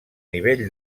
nivell